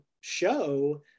show